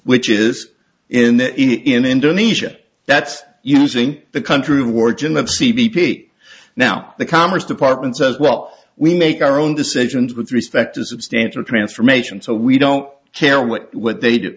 which is in the in indonesia that's using the country of origin of c b p now the commerce department says well we make our own decisions with respect to substantial transformation so we don't care what what they d